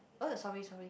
oh sorry sorry